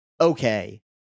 okay